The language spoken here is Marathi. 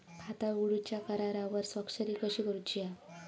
खाता उघडूच्या करारावर स्वाक्षरी कशी करूची हा?